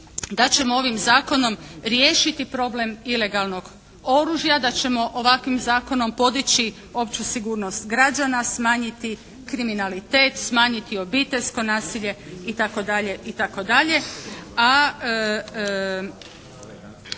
da ćemo ovim zakonom riješiti problem ilegalnog oružja, da ćemo ovakvim zakonom podići opću sigurnost građana, smanjiti kriminalitet, smanjiti obiteljsko nasilje itd.